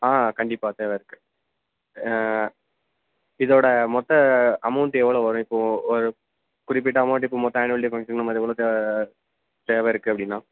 ஆ கண்டிப்பாக தேவை இருக்குது இதோடய மொத்த அமௌண்ட் எவ்வளோ வரும் இப்போது ஒரு குறிப்பிட்ட அமௌண்ட் இப்போ மொத்த ஆன்வல் டே ஃபங்க்ஷனுக்கு நம்ம அதுக்குள்ள தே தேவை இருக்குது அப்படினா